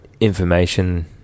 information